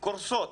קורסות.